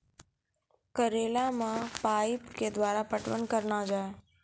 करेला मे पाइप के द्वारा पटवन करना जाए?